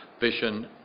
vision